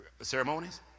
ceremonies